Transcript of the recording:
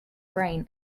brain